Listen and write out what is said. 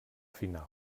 final